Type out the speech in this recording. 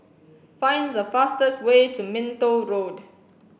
find the fastest way to Minto Road